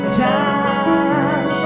time